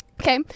Okay